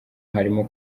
harimo